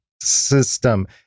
System